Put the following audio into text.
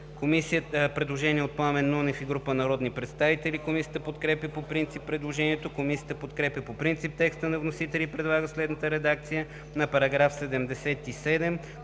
народния представител Пламен Нунев и група народни представители. Комисията подкрепя по принцип предложението. Комисията подкрепя по принцип текста на вносителя и предлага следната редакция на § 77,